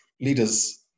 leaders